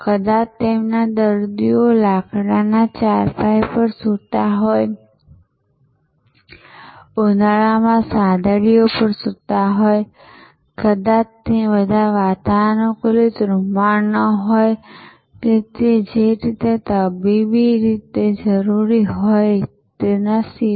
કદાચ તેમના દર્દીઓ લાકડાના ચારપાઈ પર સૂતા હોય ઉનાળામાં સાદડીઓ પર સૂતા હોય કદાચ તે બધા વાતાનુકૂલિત રૂમમાં ન હોય કે તે જે તબીબી રીતે જરૂરી હોય તે સિવાય